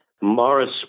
Morris